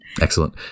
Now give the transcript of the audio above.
Excellent